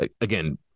Again